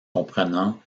comprenant